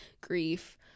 grief